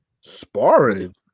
sparring